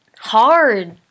hard